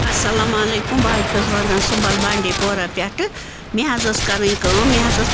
اَلسلامُ علیکُم بہٕ حظ چھَس روزان سُمبَل بانٛڈی پوٗرا پٮ۪ٹھٕ مےٚ حظ ٲس کَرٕنۍ کٲم مےٚ حظ ٲس